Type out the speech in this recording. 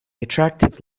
attractive